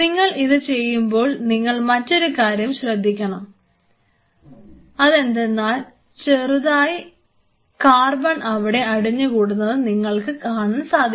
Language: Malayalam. നിങ്ങൾ ഇത് ചെയ്യുമ്പോൾ നിങ്ങൾ മറ്റൊരു കാര്യം ശ്രദ്ധിക്കും അതെന്തെന്നാൽ ചെറുതായി കാർബൺ അവിടെ അടിഞ്ഞുകൂടുന്നത് കാണാൻ സാധിക്കും